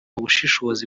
bushishozi